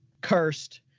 cursed